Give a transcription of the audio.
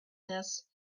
this